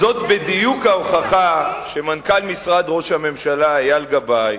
זאת בדיוק ההוכחה שמנכ"ל משרד ראש הממשלה אייל גבאי,